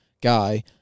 guy